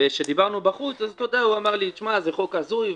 וכאשר דיברנו בחוץ הוא אמר לי: זה חוק הזוי,